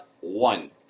one